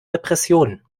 repression